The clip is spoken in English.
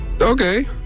Okay